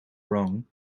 wrong